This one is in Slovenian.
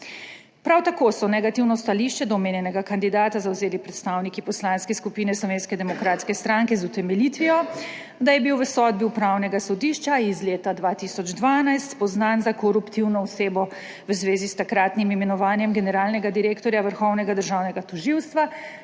Prav tako so negativno stališče do omenjenega kandidata zavzeli predstavniki Poslanske skupine Slovenske demokratske stranke z utemeljitvijo, da je bil v sodbi Upravnega sodišča iz leta 2012 spoznan za koruptivno osebo v zvezi s takratnim imenovanjem generalnega direktorja Vrhovnega državnega tožilstva,